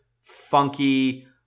funky